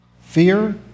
fear